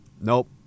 Nope